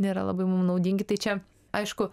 nėra labai mum naudingi tai čia aišku